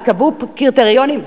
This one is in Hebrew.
ייקבעו קריטריונים,